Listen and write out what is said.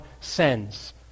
sends